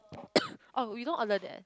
oh we don't order that